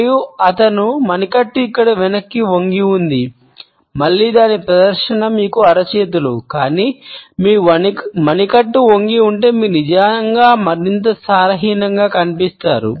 మరియు అతని మణికట్టు ఇక్కడ వెనుకకు వంగి ఉంది మళ్ళీ దాని ప్రదర్శన మీకు అరచేతులు కానీ మీ మణికట్టు వంగి ఉంటే మీరు నిజంగా మరింత సారహీనంగా కనిపిస్తారు